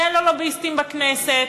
שאין לו לוביסטים בכנסת,